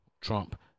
Trump